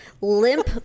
limp